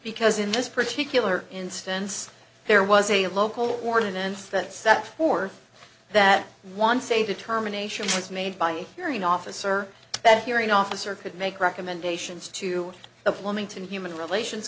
because in this particular instance there was a local ordinance that set for that once a determination was made by hearing officer that hearing officer could make recommendations to the flemington human relations